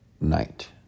night